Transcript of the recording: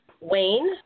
Wayne